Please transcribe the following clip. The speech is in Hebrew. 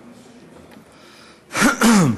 למה?